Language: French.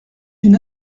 une